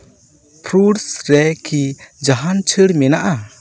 fruits ᱨᱮᱠᱤ ᱡᱟᱦᱟᱱ ᱪᱷᱟᱹᱲ ᱢᱮᱱᱟᱜᱼᱟ